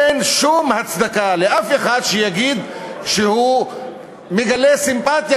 אין שום הצדקה לאף אחד להגיד שהוא מגלה סימפתיה